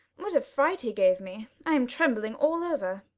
what a fright he gave me! i am trembling all over.